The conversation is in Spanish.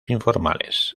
informales